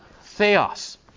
Theos